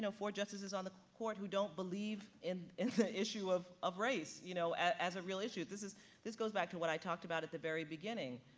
four justices on the court who don't believe in in the issue of of race, you know, as a real issue. this is this goes back to what i talked about at the very beginning.